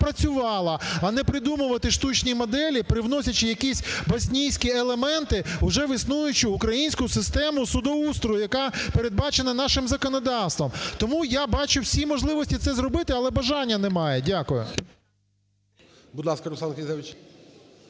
а не придумувати штучні моделі, привносячи якісь боснійські елементи в уже існуючу українську систему судоустрою, яка передбачена нашим законодавством. Тому я бачу всі можливості це зробити, але бажання немає. Дякую.